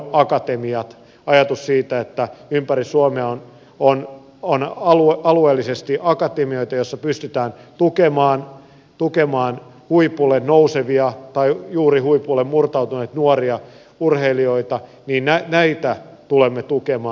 alueakatemiat ajatus siitä että ympäri suomea on alueellisesti akatemioita joissa pystytään tukemaan huipulle nousevia tai juuri huipulle murtautuneita nuoria urheilijoita sitä tulemme tukemaan